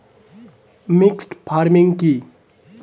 Mixed farming কি?